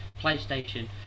playstation